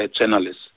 journalists